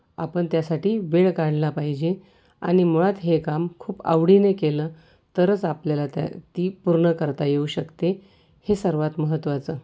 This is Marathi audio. आपण त्यासाठी वेळ काढला पाहिजे आणि मुळात हे काम खूप आवडीने केलं तरच आपल्याला त्या ती पूर्ण करता येऊ शकते हे सर्वात महत्त्वाचं